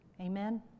Amen